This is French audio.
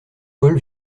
paul